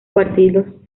partidos